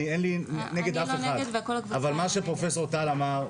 אבל מה שפרופ' טל אמר,